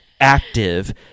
active